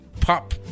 pop